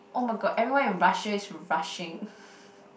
oh my god everyone in Russia is rushing